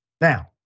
Now